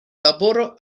laboro